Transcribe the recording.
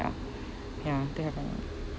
ya to have a